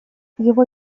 его